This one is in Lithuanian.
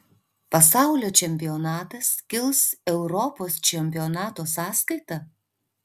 pasaulio čempionatas kils europos čempionato sąskaita